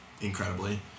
incredibly